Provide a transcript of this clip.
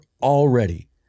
already